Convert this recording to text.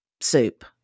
soup